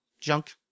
junk